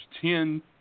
ten